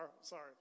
Sorry